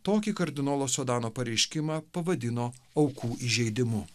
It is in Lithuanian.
tokį kardinolo sodano pareiškimą pavadino aukų įžeidimu